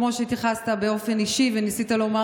כמו שהתייחסת באופן אישי וניסית לומר